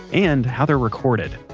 and how they are recorded.